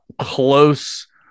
close